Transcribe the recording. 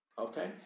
Okay